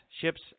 ships